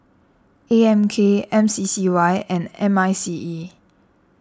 A M K M C C Y and M I C E